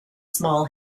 small